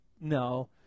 No